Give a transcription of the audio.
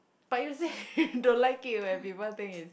but you say you don't like it when people think it's